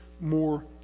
more